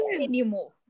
anymore